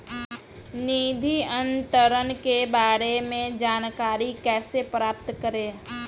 निधि अंतरण के बारे में जानकारी कैसे प्राप्त करें?